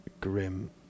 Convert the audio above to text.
grim